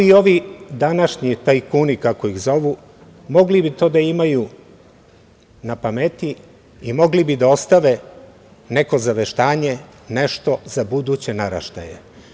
Tako i ovi današnji tajkuni, kako ih zovu, mogli bi to da imaju na pameti i mogli bi da ostave neko zaveštanje, nešto za buduće naraštaje.